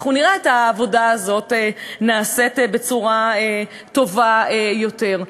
אנחנו נראה את העבודה הזאת נעשית בצורה טובה יותר.